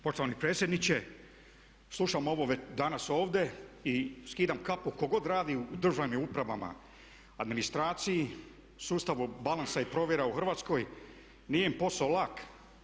Poštovani predsjedniče slušam ovo danas ovdje i skidam kapu tko god radi u državnim upravama, administraciji, sustavu balansa i provjera u Hrvatskoj, nije im posao lak.